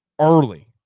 Early